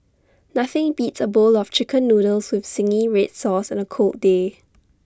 nothing beats A bowl of Chicken Noodles with Zingy Red Sauce on A cold day